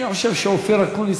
אני חושב שאופיר אקוניס,